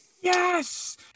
yes